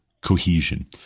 cohesion